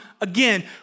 again